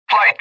Flight